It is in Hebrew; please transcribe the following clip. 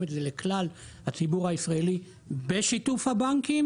את זה לכלל הציבור הישראלי בשיתוף הבנקים,